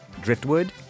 Driftwood